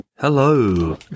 Hello